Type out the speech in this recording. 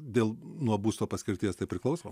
dėl nuo būsto paskirties tai priklauso